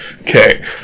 Okay